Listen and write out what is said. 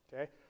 Okay